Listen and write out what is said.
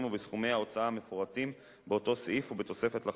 ובסכומי ההוצאה המפורטים באותו סעיף ובתוספת לחוק,